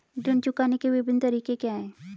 ऋण चुकाने के विभिन्न तरीके क्या हैं?